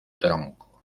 tronco